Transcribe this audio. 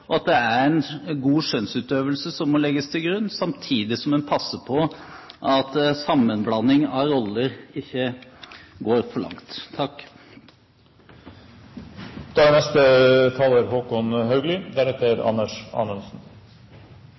og at det er en god skjønnsutøvelse som må legges til grunn, samtidig som man passer på at sammenblanding av roller ikke går for langt. Det er